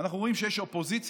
אנחנו רואים שיש אופוזיציה